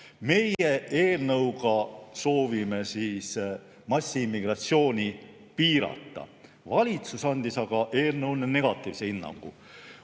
Meie oma eelnõuga soovime massiimmigratsiooni piirata. Valitsus andis aga eelnõule negatiivse hinnangu.